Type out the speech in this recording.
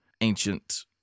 ancient